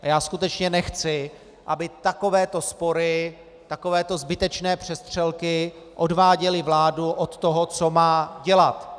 Já skutečně nechci, aby takovéto spory, takovéto zbytečné přestřelky, odváděly vládu od toho, co má dělat.